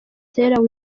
taylor